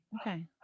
okay